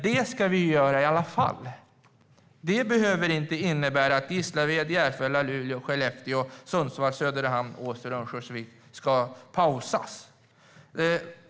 Det ska vi göra i alla fall, men det behöver inte innebära att Gislaved, Järfälla, Luleå, Skellefteå, Sundsvall, Söderhamn, Åsele och Örnsköldsvik ska pausas.